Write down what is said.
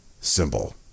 symbol